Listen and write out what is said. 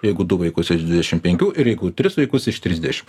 jeigu du vaikus iš dvidešim penkių ir jeigu tris vaikus iš trisdešim